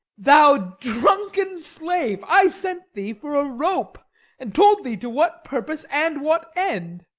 thou drunken slave! i sent the for a rope and told thee to what purpose and what end.